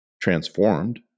transformed